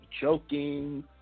joking